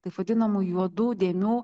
taip vadinamų juodų dėmių